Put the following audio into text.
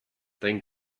dein